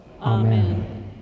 Amen